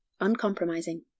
uncompromising